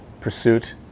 pursuit